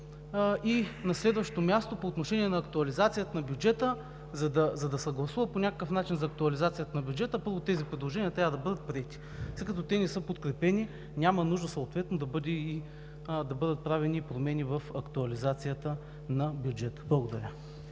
И на следващо място, по отношение на актуализацията на бюджета. За да се съгласува по някакъв начин с актуализацията на бюджета, първо, тези предложения трябва да бъдат приети. След като те не са подкрепени, няма нужда съответно да бъдат правени промени в актуализацията на бюджета. Благодаря.